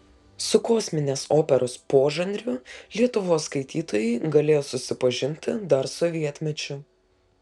su kosminės operos požanriu lietuvos skaitytojai galėjo susipažinti dar sovietmečiu